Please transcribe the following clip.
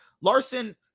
Larson